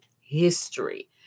history